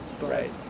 Right